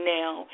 now